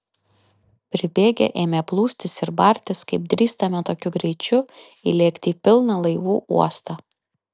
pribėgę ėmė plūstis ir bartis kaip drįstame tokiu greičiu įlėkti į pilną laivų uostą